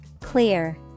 Clear